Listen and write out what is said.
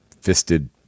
fisted